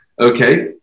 Okay